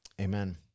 Amen